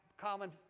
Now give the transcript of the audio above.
common